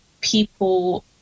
people